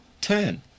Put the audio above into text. turn